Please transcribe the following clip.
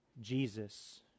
Jesus